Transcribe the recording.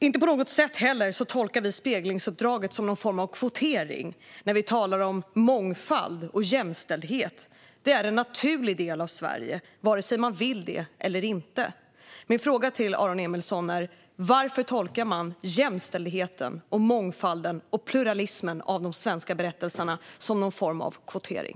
Vi tolkar inte heller speglingsuppdraget som någon form av kvotering när vi talar om mångfald och jämställdhet. Det är en naturlig del av Sverige vare sig man vill eller inte. Min fråga till Aron Emilsson är: Varför tolkar man jämställdheten, mångfalden och pluralismen i de svenska berättelserna som någon form av kvotering?